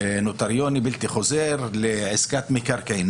נוטריוני בלתי חוזר לעסקת מקרקעין.